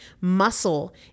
Muscle